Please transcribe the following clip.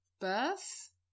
birth